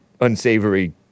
unsavory